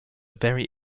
very